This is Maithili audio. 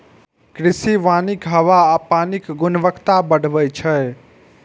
कृषि वानिक हवा आ पानिक गुणवत्ता बढ़बै छै